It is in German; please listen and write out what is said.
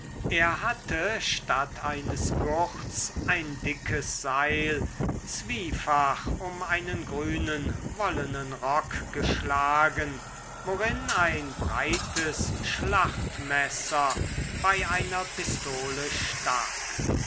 er hatte statt eines gurts ein dickes seil zwiefach um einen grünen wollenen rock geschlagen worin ein breites schlachtmesser bei einer pistole stak